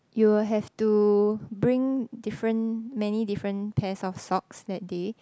you will have to bring different many different pairs of socks that day